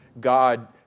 God